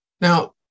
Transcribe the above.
Now